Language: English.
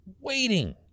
Waiting